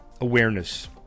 awareness